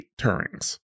Turing's